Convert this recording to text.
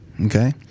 okay